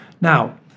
Now